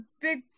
big